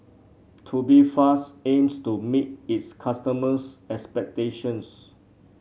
Tubifast aims to meet its customers' expectations